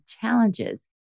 challenges